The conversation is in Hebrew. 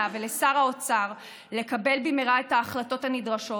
ולשר האוצר לקבל במהרה את ההחלטות הנדרשות.